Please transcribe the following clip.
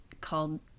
called